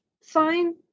sign